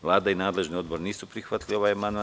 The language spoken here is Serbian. Vlada i nadležni odbor nisu prihvatili ovaj amandman.